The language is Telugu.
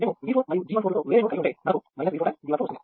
మేము V4 మరియు G14 లతో వేరే నోడ్ కలిగి ఉంటే మనకు V4G14 వస్తుంది